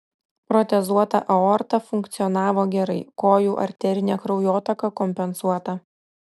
protezuota aorta funkcionavo gerai kojų arterinė kraujotaka kompensuota